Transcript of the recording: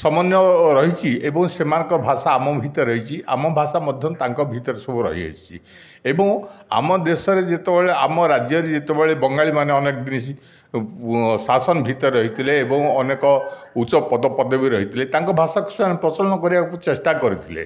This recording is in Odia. ସମନ୍ୱୟ ରହିଛି ଏବଂ ସେମାନଙ୍କ ଭାଷା ଆମ ଭିତରେ ରହିଛି ଆମ ଭାଷା ମଧ୍ୟ ତାଙ୍କ ଭିତରେ ସବୁ ରହିଅଛି ଏବଂ ଆମ ଦେଶରେ ଯେତେବେଳେ ଆମ ରାଜ୍ୟରେ ଯେତେବେଳେ ବଙ୍ଗାଳିମାନେ ଅନେକ ଶାସନ ଭିତରେ ରହିଥିଲେ ଏବଂ ଅନେକ ଉଚ୍ଚ ପଦ ପଦବୀରେ ରହିଥିଲେ ତାଙ୍କ ଭାଷାକୁ ସେମାନେ ପ୍ରଚଳନ କରିବାକୁ ଚେଷ୍ଟା କରିଥିଲେ